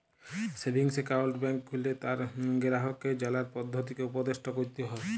savings account ব্যাংকে খুললে তার গেরাহককে জালার পদধতিকে উপদেসট ক্যরতে হ্যয়